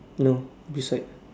no beside